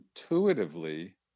intuitively